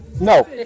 No